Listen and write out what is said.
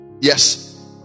Yes